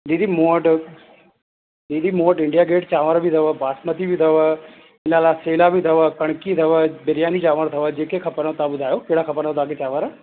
दीदी मूं वटि दीदी मूं वटि इंडिया गेट चांवर बि अथव बासमती बि अथव इलाला सेला बि अथव कणकी अथव बिरयानी चांवर अथव जेके खपंदा तव्हां ॿुधायो कहिड़ा खपंदव तव्हां खे चांवर